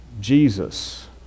Jesus